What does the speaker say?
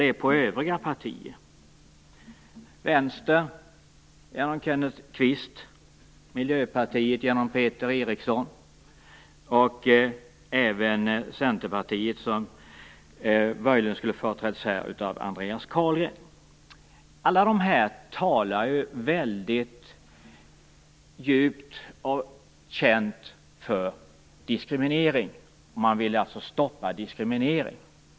Det gäller övriga partier: Vänstern genom Kenneth Kvist, Miljöpartiet genom Peter Eriksson och Centerpartiet, som här möjligen skulle ha företrätts av Andreas Carlgren. Alla dessa partier talar ju väldigt djupt känt om diskriminering. Man vill stoppa diskrimineringen.